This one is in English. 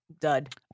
dud